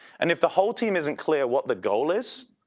and if the whole team isn't clear what the goal is,